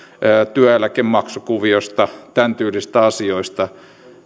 työeläkemaksukuviosta tämäntyylisistä asioista